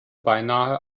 beinahe